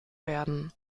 werden